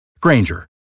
Granger